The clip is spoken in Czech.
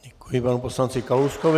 Děkuji panu poslanci Kalouskovi.